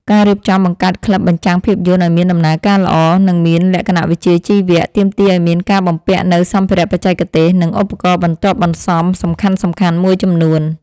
ការរៀបចំបង្កើតក្លឹបបញ្ចាំងភាពយន្តឱ្យមានដំណើរការល្អ និងមានលក្ខណៈវិជ្ជាជីវៈ ទាមទារឱ្យមានការបំពាក់នូវសម្ភារៈបច្ចេកទេស និងឧបករណ៍បន្ទាប់បន្សំសំខាន់ៗមួយចំនួន។